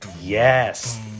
yes